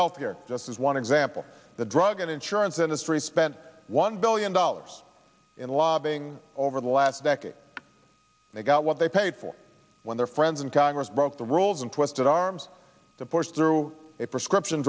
healthier just as one example the drug and insurance industry spent one billion dollars in lobbying over the last decade they got what they paid for when their friends in congress broke the rolls and twisted arms to push through a prescription